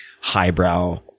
highbrow